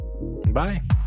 Bye